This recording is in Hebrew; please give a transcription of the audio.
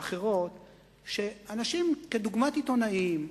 אחרות שאנשים כדוגמת עיתונאים,